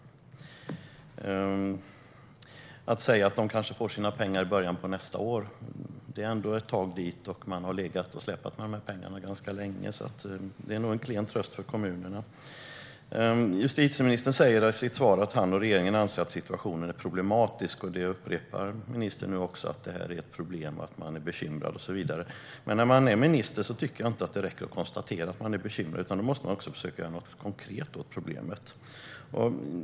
Det är nog en klen tröst för kommunerna att få höra att de kanske får sina pengar i början av nästa år. Det är ändå ett tag dit, och man har legat och släpat efter med dessa pengar ganska länge. Justitieministern säger i sitt svar att han och regeringen anser att situationen är problematisk. Ministern upprepar nu också att detta är ett problem och att det är bekymmersamt. Men för en minister tycker jag inte att det räcker att konstatera att man är bekymrad, utan man måste försöka göra något konkret åt problemet.